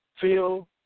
Feel